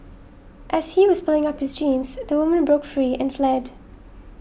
as he was pulling up his jeans the woman broke free and fled